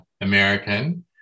American